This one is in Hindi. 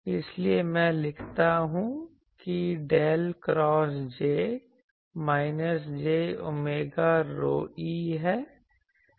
इसलिए मैं लिखता हूं कि del cross J minus j omega ρe है